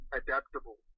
adaptable